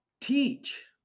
teach